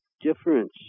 difference